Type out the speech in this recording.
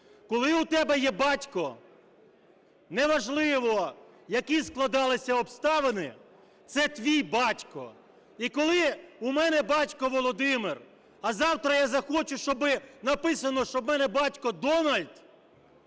Коли у тебе є батько, неважливо, які складалися обставини, це твій батько. І коли у мене батько Володимир, а завтра я захочу, щоби написано, що в мене батько Дональд